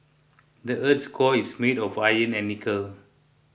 the earth's core is made of iron and nickel